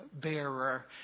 bearer